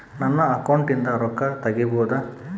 ನನ್ನ ಅಕೌಂಟಿಂದ ರೊಕ್ಕ ತಗಿಬಹುದಾ?